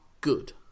good